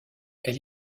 elle